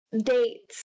dates